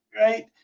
right